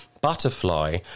butterfly